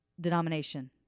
denomination